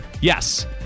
Yes